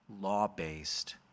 law-based